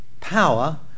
power